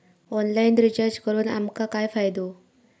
Online recharge करून आमका काय फायदो?